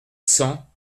cent